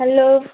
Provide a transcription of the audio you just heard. hello